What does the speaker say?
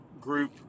group